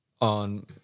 on